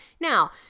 Now